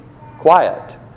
quiet